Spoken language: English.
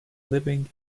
living